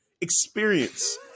experience